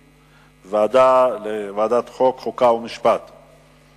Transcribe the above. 2010, לוועדת החוקה, חוק ומשפט נתקבלה.